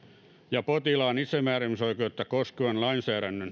ja potilaan itsemääräämisoikeutta koskevan lainsäädännön